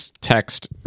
text